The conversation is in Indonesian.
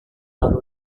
lalu